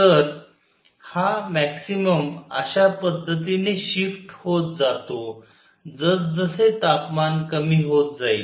तर हा मॅक्सिमम अश्या पद्धतीने शिफ्ट होत जातो जसजसे तापमान कमी होत जाईल